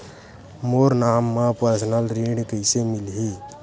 मोर नाम म परसनल ऋण कइसे मिलही?